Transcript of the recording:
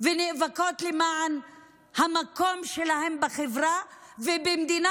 ונאבקות למען המקום שלהן בחברה ובמדינה